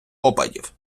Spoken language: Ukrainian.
опадів